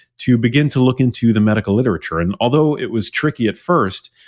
to begin to look into the medical literature. and although it was tricky at first,